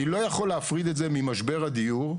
אני לא יכול להפריד את זה ממשבר הדיור.